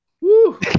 Woo